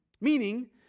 meaning